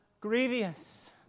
grievous